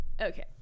Okay